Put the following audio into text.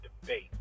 debate